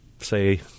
say